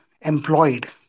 employed